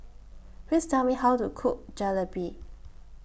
Please Tell Me How to Cook Jalebi